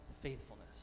faithfulness